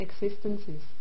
existences